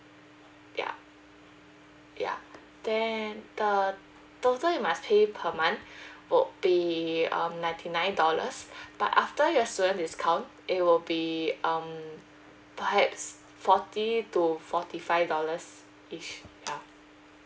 ya ya then err total you must pay per month would be um ninety nine dollars but after your student discount it will be um perhaps forty to forty five dollars each ya